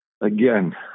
Again